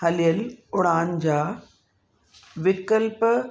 हलियलु उड़ान जा विकल्प